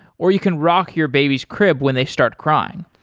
or you can rock your baby's crib when they start crying.